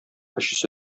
өчесе